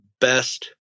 best